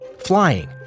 flying